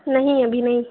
نہیں ابھی نہیں